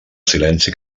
silenci